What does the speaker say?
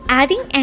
adding